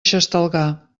xestalgar